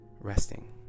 resting